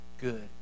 good